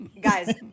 Guys